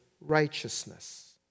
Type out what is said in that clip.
righteousness